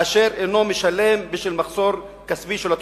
אשר אינו משלם בשל מחסור כספי של התושבים.